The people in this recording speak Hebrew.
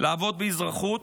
לעבוד באזרחות,